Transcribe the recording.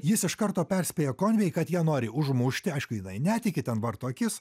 jis iš karto perspėja konvei kad ją nori užmušti aišku jinai netiki ten varto akis